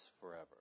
forever